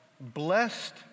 Blessed